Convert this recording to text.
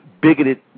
bigoted